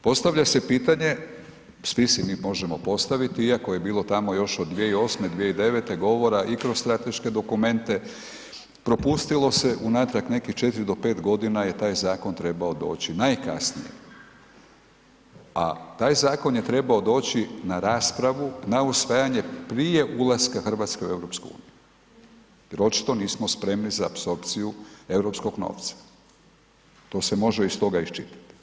Postavlja se pitanje, svi si mi možemo postaviti iako je bilo tamo još od 2008., 2009. govora i kroz strateške dokumente, propustilo se unatrag nekih 4 do 5.g. je taj zakon trebao doći najkasnije, a taj zakon je trebao doći na raspravu, na usvajanje, prije ulaska RH u EU jer očito nismo spremni za apsorpciju europskog novca, to se može iz toga isčitati.